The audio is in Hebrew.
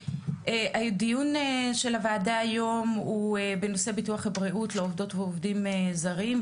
הדיון של הוועדה היום הוא בנושא ביטוח בריאות לעובדות ועובדים זרים,